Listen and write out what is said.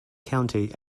county